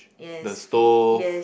the stove